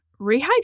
rehydrate